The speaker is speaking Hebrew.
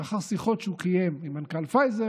לאחר שיחות שהוא קיים עם מנכ"ל פייזר